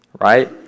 right